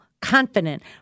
confident